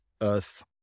Earth